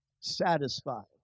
Satisfied